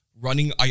running